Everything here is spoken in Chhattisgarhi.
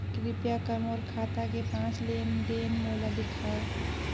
कृपया कर मोर खाता के पांच लेन देन मोला दिखावव